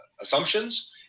Assumptions